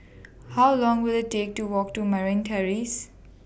How Long Will IT Take to Walk to Merryn Terrace